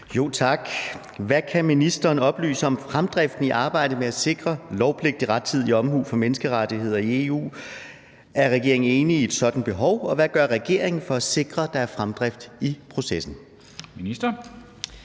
Tak. Hvad kan ministeren oplyse om fremdriften i arbejdet med at sikre lovpligtig rettidig omhu for menneskerettigheder i EU, er regeringen enig i et sådant behov, og hvad gør regeringen for at sikre, at der er fremdrift i processen? Kl.